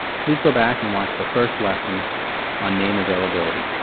please go back and watch the first lesson on name availability.